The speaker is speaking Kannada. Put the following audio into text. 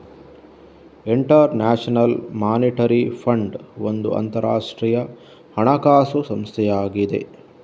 ಇಂಟರ್ ನ್ಯಾಷನಲ್ ಮಾನಿಟರಿ ಫಂಡ್ ಒಂದು ಅಂತರಾಷ್ಟ್ರೀಯ ಹಣಕಾಸು ಸಂಸ್ಥೆಯಾಗಿದೆ